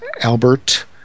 Albert